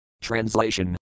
Translation